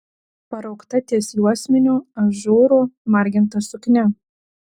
paraukta ties juosmeniu ažūru marginta suknia